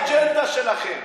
לא להכניס את האג'נדה שלכם.